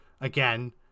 Again